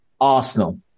Arsenal